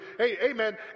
Amen